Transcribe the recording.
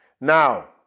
Now